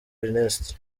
ernest